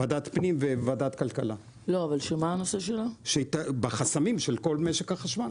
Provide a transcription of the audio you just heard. ועדת פנים וועדת כלכלה שתעסוק חסמים של משק החשמל